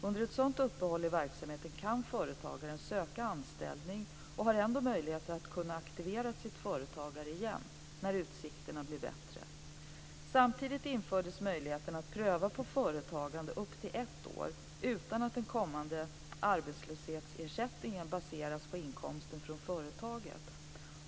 Under ett sådant uppehåll i verksamheten kan företagaren söka anställning och har ändå möjlighet att aktivera sitt företagande igen när utsikterna blir bättre. Samtidigt infördes möjligheten att prova på företagande upp till ett år utan att den kommande arbetslöshetsersättningen baseras på inkomsten från företaget.